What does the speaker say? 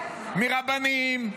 מרבנים,